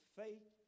faith